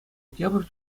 тепӗр